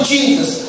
Jesus